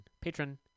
Patron